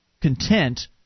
content